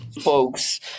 folks